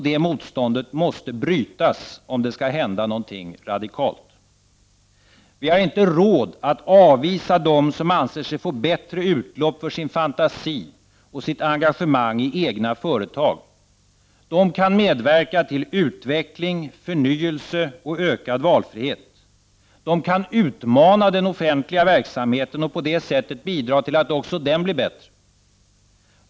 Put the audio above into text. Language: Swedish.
Det motståndet måste brytas om någonting radikalt skall hända. Vi har inte råd att avvisa dem som anser sig få bättre utlopp för sin fantasi och sitt engagemang i egna företag. De kan medverka till utveckling, förnyelse och ökad valfrihet. De kan utmana den offentliga verksamheten och på det sättet bidra till att också den blir bättre.